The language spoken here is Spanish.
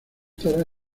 tarde